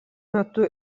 metu